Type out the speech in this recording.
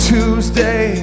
Tuesday